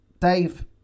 Dave